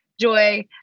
joy